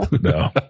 No